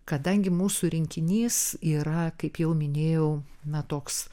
kadangi mūsų rinkinys yra kaip jau minėjau na toks